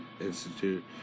Institute